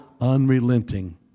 unrelenting